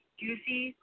juicy